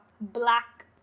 black